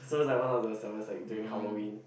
so is like one of the Sabbaths like during Halloween